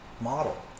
model